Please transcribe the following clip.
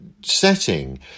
setting